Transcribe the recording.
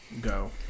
go